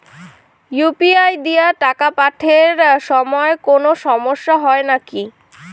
UPI দিয়া টাকা পাঠের সময় কোনো সমস্যা হয় নাকি?